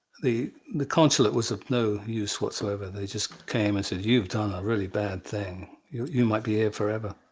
the the consulate was of no use whatsoever, they just came and said, you have done a really bad thing. you might be here forever.